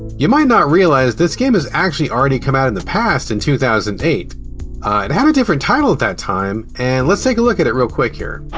you might not realize this game is actually already come out in the past, in two thousand and eight, it had a different title at that time, and let's take a look at it real quick here.